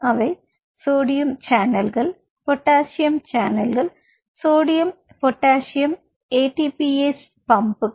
அவை சோடியம் சேனல்கள் பொட்டாசியம் சேனல்கள் சோடியம் பொட்டாசியம் ATP ase பம்புகள்